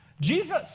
Jesus